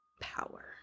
power